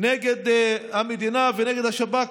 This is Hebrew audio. נגד המדינה ונגד השב"כ,